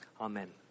Amen